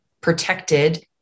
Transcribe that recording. protected